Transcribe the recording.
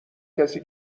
کسی